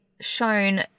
shown